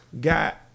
got